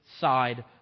Side